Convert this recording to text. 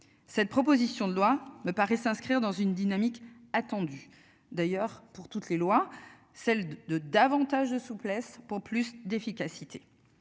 Cette proposition de loi me paraît s'inscrire dans une dynamique attendue d'ailleurs pour toutes les lois, celle de de davantage de souplesse pour plus d'efficacité.